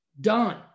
done